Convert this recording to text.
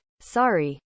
sorry